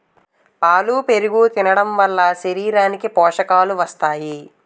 పాలు పెరుగు తినడంవలన శరీరానికి పోషకాలు వస్తాయి